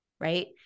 right